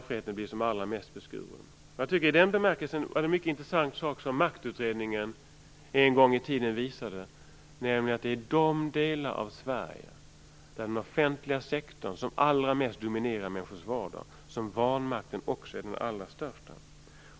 I den bemärkelsen var det en mycket intressant sak som Maktutredningen en gång i tiden visade, nämligen att det är i de delar av Sverige där den offentliga sektorn som allra mest dominerar människors vardag som vanmakten också är den allra största.